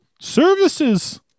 services